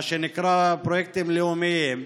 מה שנקרא פרויקטים לאומיים,